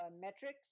metrics